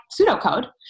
pseudocode